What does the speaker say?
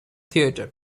theater